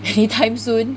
anytime soon